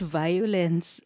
violence